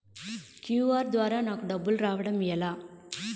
QR ద్వారా నాకు డబ్బులు రావడం ఎలా?